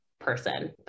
person